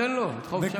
תן לו את חופש הביטוי.